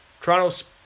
Toronto